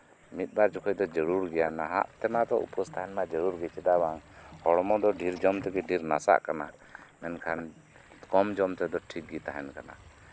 ᱢᱤᱫᱼᱵᱟᱨ ᱡᱚᱠᱷᱮᱡ ᱫᱚ ᱡᱟᱨᱩᱲ ᱜᱮᱭᱟ ᱱᱟᱦᱟᱜ ᱛᱮᱱᱟᱜ ᱫᱚ ᱩᱯᱟᱹᱥ ᱛᱟᱦᱮᱱ ᱫᱚ ᱡᱟᱨᱩᱲ ᱜᱮᱭᱟ ᱪᱮᱫᱟᱜ ᱵᱟᱝ ᱦᱚᱲᱢᱚ ᱫᱚ ᱰᱷᱮᱨ ᱡᱚᱢ ᱛᱮᱜᱮ ᱰᱷᱮᱨ ᱱᱟᱥᱟᱜ ᱠᱟᱱᱟ ᱢᱮᱱᱠᱷᱟᱱ ᱠᱚᱢ ᱡᱚᱢ ᱛᱮᱫᱚ ᱴᱷᱤᱠ ᱜᱮ ᱛᱟᱦᱮᱱ ᱠᱟᱱᱟ